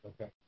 Okay